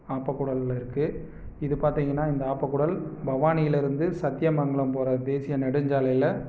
ஆப்பக்கூடல்லருக்கு இது பார்த்திங்கன்னா இந்த ஆப்பக்கூடல் பவானியில் இருந்து சத்தியமங்கலம் போகற தேசிய நெடுஞ்சாலையில